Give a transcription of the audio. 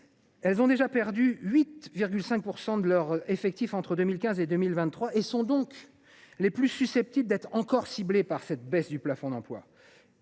qui ont déjà perdu 8,5 % de leurs effectifs entre 2015 et 2023 et qui sont donc les plus susceptibles d’être encore touchées par cette baisse du plafond d’emplois.